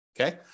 Okay